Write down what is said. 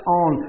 on